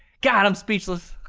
god i'm speechless!